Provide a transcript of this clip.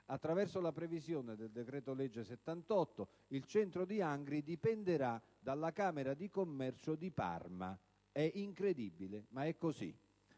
attraverso la previsione del decreto-legge n. 78, il centro di Angri dipenderà dalla camera di commercio di Parma. È incredibile, ma è così!